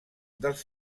dels